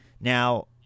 Now